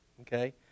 Okay